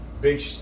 big